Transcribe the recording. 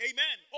Amen